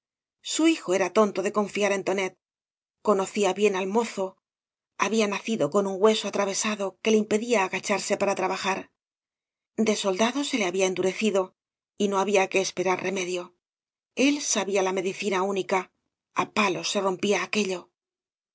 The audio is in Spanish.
su hijo era un tonto ai confl r en toneí conocía bien al mozo había nacido con un hueso atravesado que le impedía agacharse para trabajar de soldado se le había endurecido y no había que esperar remedio el sabía la medicina única á palos se rom pía aquello